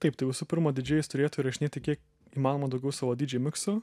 taip tai visų pirma didžėjus turėtų įrašinėti kiek įmanoma daugiau savo didžėj miksų